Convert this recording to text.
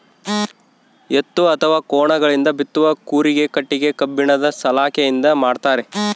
ಎತ್ತು ಅಥವಾ ಕೋಣಗಳಿಂದ ಬಿತ್ತುವ ಕೂರಿಗೆ ಕಟ್ಟಿಗೆ ಕಬ್ಬಿಣದ ಸಲಾಕೆಯಿಂದ ಮಾಡ್ತಾರೆ